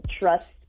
trust